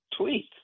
tweet